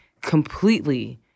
completely –